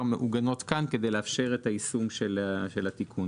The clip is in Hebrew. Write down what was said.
מעוגנות כאן כדי לאפשר את היישום של התיקון.